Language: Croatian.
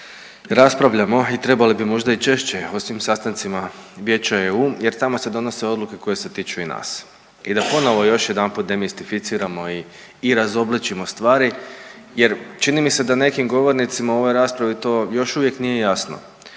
raspravljamo i trebali bi možda i češće o svim sastancima vijeća EU jer tamo se donose odluke koje se tiču i nas. I da ponovo još jedanput demistificiramo i razobličimo stvari jer čini mi se da nekim govornicima u ovoj raspravi to još uvijek nije jasno,